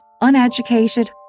uneducated